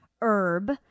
herb